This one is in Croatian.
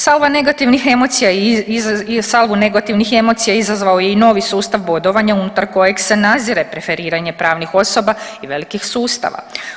Salva negativnih emocija, salvu negativnih emocija izazvao je i novi sustav bodovanja unutar kojeg se nazire preferiranje pravnih osoba i velikih sustava.